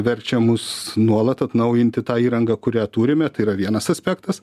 verčia mus nuolat atnaujinti tą įrangą kurią turime tai yra vienas aspektas